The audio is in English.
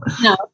No